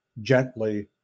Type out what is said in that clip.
gently